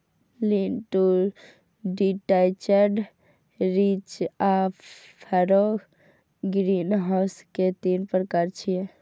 lean to detached, ridge आ furrow greenhouse के तीन प्रकार छियै